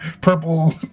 purple